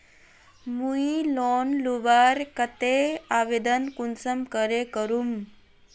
मुई लोन लुबार केते आवेदन कुंसम करे करूम?